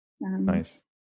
nice